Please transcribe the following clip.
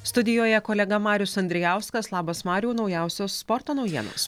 studijoje kolega marius andrijauskas labas mariau naujausios sporto naujienos